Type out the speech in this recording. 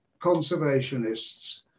conservationists